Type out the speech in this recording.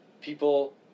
People